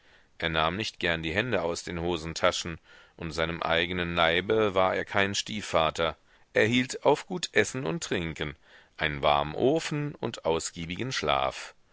er nahm nicht gern die hände aus den hosentaschen und seinem eigenen leibe war er kein stiefvater er hielt auf gut essen und trinken einen warmen ofen und ausgiebigen schlaf